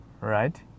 right